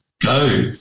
go